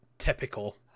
Typical